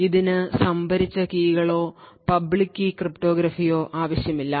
ഇതിന് സംഭരിച്ച കീകളോ പബ്ലിക് കീ ക്രിപ്റ്റോഗ്രഫിയോ ആവശ്യമില്ല